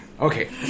Okay